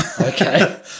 okay